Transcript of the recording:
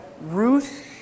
Ruth